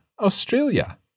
Australia